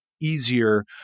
easier